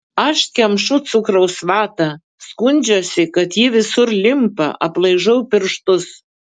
aš kemšu cukraus vatą skundžiuosi kad ji visur limpa aplaižau pirštus